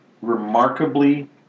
remarkably